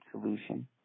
solution